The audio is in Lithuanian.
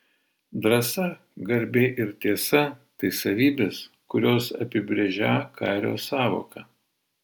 drąsa garbė ir tiesa tai savybės kurios apibrėžią kario sąvoką